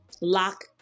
lock